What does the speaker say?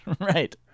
Right